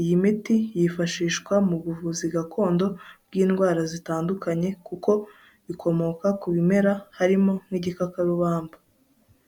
Iyi miti yifashishwa mu buvuzi gakondo bw'indwara zitandukanye, kuko ikomoka ku bimera harimo nk'igikakarubamba.